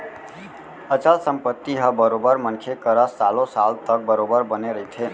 अचल संपत्ति ह बरोबर मनखे करा सालो साल तक बरोबर बने रहिथे